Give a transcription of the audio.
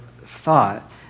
thought